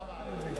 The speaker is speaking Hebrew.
תודה רבה.